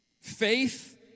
Faith